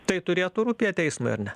tai turėtų rūpėt teismui ar ne